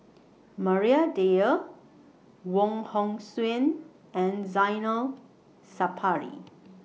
Maria Dyer Wong Hong Suen and Zainal Sapari